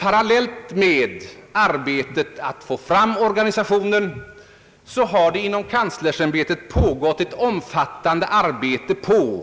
Parallellt med arbetet på att få fram organisatio nen har det inom kanslersämbetet pågått ett omfattande arbete för